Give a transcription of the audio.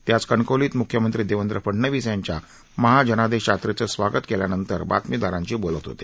ते आज कणकवलीत म्ख्यमंत्री देवेंद्र फडणवीस यांच्या महाजनादेश यात्रेचं स्वागत केल्यानंतर बातमीदारांशी बोलत होते